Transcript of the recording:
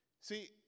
See